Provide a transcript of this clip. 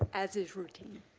as his routine.